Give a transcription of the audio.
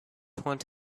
want